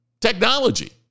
technology